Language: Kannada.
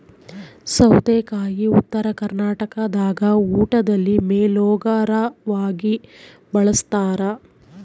ಸೌತೆಕಾಯಿ ಉತ್ತರ ಕರ್ನಾಟಕದಾಗ ಊಟದಲ್ಲಿ ಮೇಲೋಗರವಾಗಿ ಬಳಸ್ತಾರ